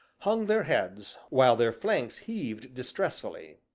hung their heads, while their flanks heaved distressfully.